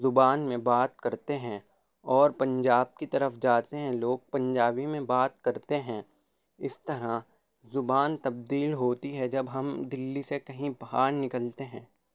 زبان میں بات کرتے ہیں اور پنجاب کی طرف جاتے ہیں لوگ پنجابی میں بات کرتے ہیں اس طرح زبان تبدیل ہوتی ہے جب ہم دلی سے کہیں باہر نکلتے ہیں